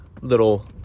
little